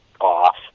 off